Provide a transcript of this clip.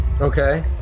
Okay